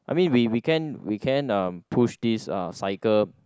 I mean we we can we can uh push this cycle